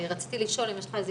רציתי לשאול אם יש לך איזה